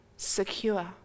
secure